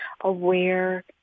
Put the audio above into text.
aware